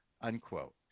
unquote